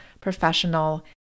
professional